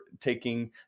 taking